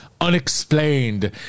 Unexplained